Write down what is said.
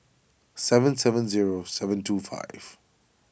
seven seven zero seven two five